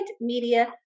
media